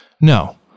No